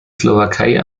slowakei